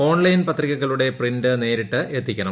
online പത്രികകളുടെ print നേരിട്ടെത്തിക്കണം